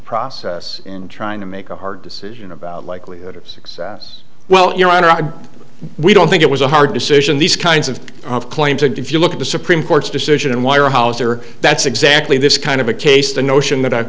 process in trying to make a hard decision about likelihood of success well your honor we don't think it was a hard decision these kinds of claims and if you look at the supreme court's decision and wire houser that's exactly this kind of a case the notion that